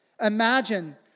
imagine